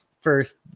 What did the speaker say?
first